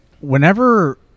Whenever